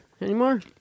anymore